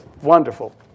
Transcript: wonderful